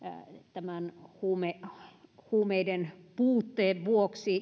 tämän huumeiden huumeiden puutteen vuoksi